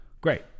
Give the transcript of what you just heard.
Great